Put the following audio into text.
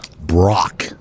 Brock